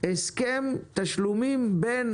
הסכם תשלומים בין